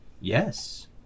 Yes